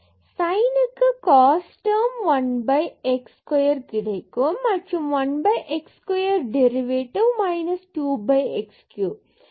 sin க்கு cos term 1 x square கிடைக்கும் மற்றும் 1 x square derivative 2 x cube